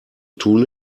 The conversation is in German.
tun